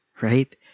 right